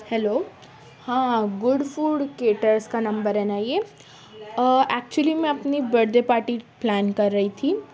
hello ہاں good food caterers کا number ہے نا یہ ایکچولی میں اپنی برتھ ڈے پارٹی پلان کر رہی تھی